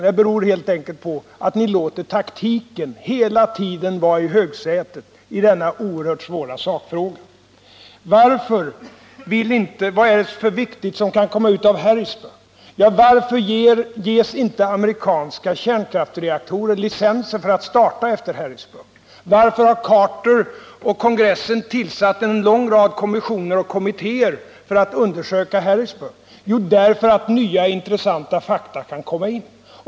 Det beror helt enkelt på att ni hela tiden låter taktiken vara i högsätet i denna oerhört svåra sakfråga. Vad är det för viktigt som kan komma ut av Harrisburg? Man kan i stället fråga: Varför ges inte amerikanska kärnkraftsreaktorer licenser för att starta efter Harrisburg? Varför har president Carter och kongressen tillsatt en lång rad kommissioner och kommittéer för att undersöka omständigheterna kring Harrisburgolyckan? Jo, därför att nya intressanta fakta kan komma fram.